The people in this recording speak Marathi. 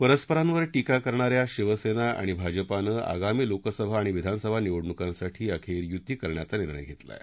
परस्परांवर ीक्रा करणाऱ्या शिवसेना आणि भाजपानं आगामी लोकसभा आणि विधानसभा निवडणुकांसाठी अखेर युती करण्याचा निर्णय घेतला आहे